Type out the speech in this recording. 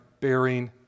bearing